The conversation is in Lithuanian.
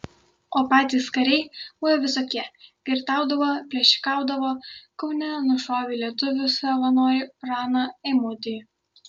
o patys kariai buvo visokie girtaudavo plėšikaudavo kaune nušovė lietuvių savanorį praną eimutį